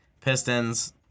Pistons